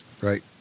Right